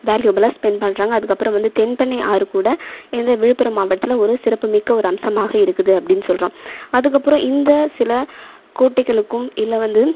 வேல்யூபலா spend பண்ணுறாங்க அதுக்கப்புறம் வந்து தென்பண்ணை ஆறு கூட இந்த விழுப்புரம் மாவட்டத்தில் ஒரு சிறப்புமிக்க ஒரு அம்சமாக இருக்குது அப்படினு சொல்கிறோம் அதுக்கப்புறம் இந்த சில கோட்டைகளுக்கும் இல்லை வந்து